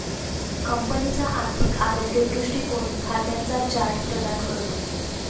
कंपनीचा आर्थिक आरोग्य दृष्टीकोन खात्यांचा चार्ट प्रदान करतो